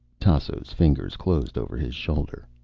tasso's fingers closed over his shoulder.